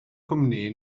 cwmni